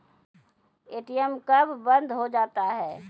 ATM कब बंद हो जाता हैं?